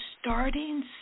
starting